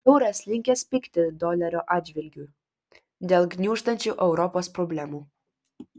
euras linkęs pigti dolerio atžvilgiu dėl gniuždančių europos problemų